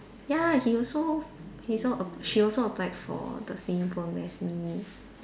ya he also he's al~ she also applied for the same firm as me